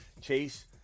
Chase